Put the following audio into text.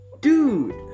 dude